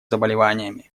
заболеваниями